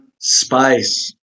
spice